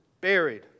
buried